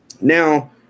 Now